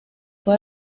fue